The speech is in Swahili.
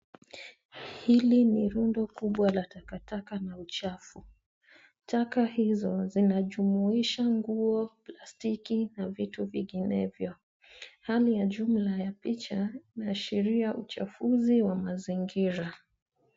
Hili ni rundo kubwa la takataka na uchafu. Taka hizo zinajumuisha nguo, plastiki na vitu vinginevyo. Hali ya jumla ya picha na sheria uchafuzi wa mazingira.